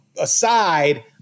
aside